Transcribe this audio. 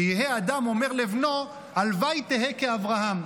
שיהא אדם אומר לבנו: הלוואי תהא כאברהם.